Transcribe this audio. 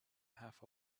half